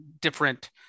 different